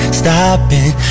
stopping